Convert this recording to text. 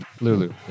Lulu